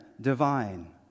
divine